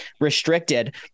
restricted